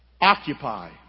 occupy